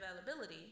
availability